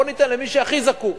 בואו ניתן למי שהכי זקוק.